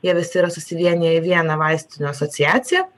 jie visi yra susivieniję į vieną vaistinių asociaciją